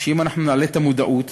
שאם אנחנו נעלה את המודעות,